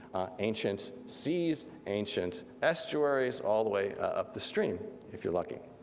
ancient seas, ancient estuaries, all the way up the stream if you're lucky.